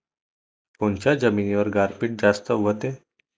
कोनच्या जमिनीवर गारपीट जास्त व्हते?